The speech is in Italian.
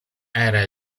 era